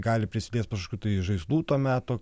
gali prisiliest prie kažkokių žaislų to meto